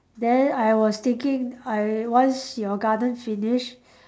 then I was thinking I once your garden finish